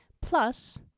plus